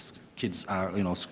kids are, you know,